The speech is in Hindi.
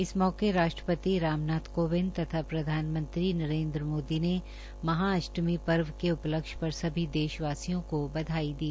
इस मौके राष्ट्रपति रामनाथ कोविंद तथा प्रधानमंत्री नरेन्द्र मोदी ने महा अष्टमी पर्व के उपलक्ष्य पर सभी देशवासियों को बधाई दी